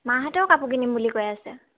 মাহঁতেও কাপোৰ কিনিম বুলি কৈ আছে